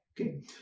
Okay